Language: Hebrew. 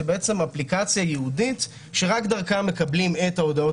שזאת אפליקציה ייעודית שרק דרכה מקבלים את ההודעות